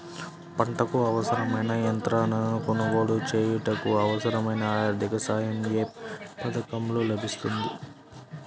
పంటకు అవసరమైన యంత్రాలను కొనగోలు చేయుటకు, అవసరమైన ఆర్థిక సాయం యే పథకంలో లభిస్తుంది?